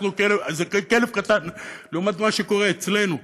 זה כלב קטן לעומת מה שקורה אצלנו,